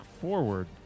forward